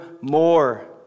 more